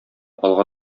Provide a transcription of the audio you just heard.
алга